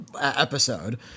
episode